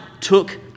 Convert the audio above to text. took